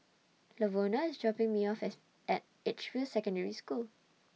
Lavona IS dropping Me off as At Edgefield Secondary School